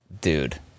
Dude